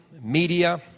media